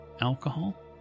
alcohol